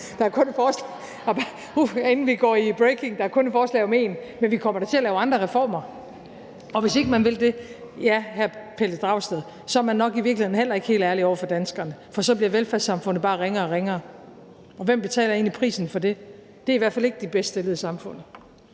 Der er kun et forslag om én. Men vi kommer da til at lave andre reformer. Og hvis ikke man vil det, ja, hr. Pelle Dragsted, så er man nok i virkeligheden heller ikke helt ærlig over for danskerne, for så bliver velfærdssamfundet bare ringere og ringere, og hvem egentlig betaler prisen for det? Det er i hvert fald ikke de bedst velstillede i samfundet.